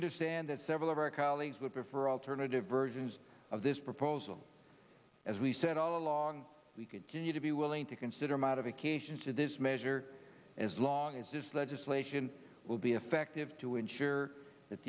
understand that several of our colleagues will prefer alternative versions of this proposal as we said all along we continue to be willing to consider modifications to this measure as long as this legislation will be effective to ensure that